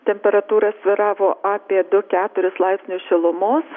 temperatūra svyravo apie du keturis laipsnius šilumos